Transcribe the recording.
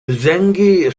zengi